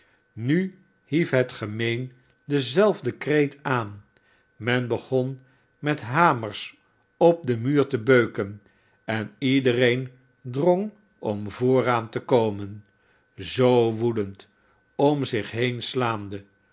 nu hief het gemeen denzelfden kreet aan men begon met hamers op den muur te beuken en iedereen drong om vooraan te komen zoo woedend om zich heen slaande